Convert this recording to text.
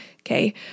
Okay